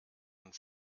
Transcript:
und